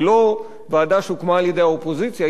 היא לא ועדה שהוקמה על-ידי האופוזיציה,